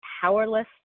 powerless